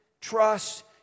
trust